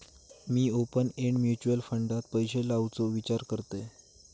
मी open end mutual फंडात पैशे लावुचो विचार करतंय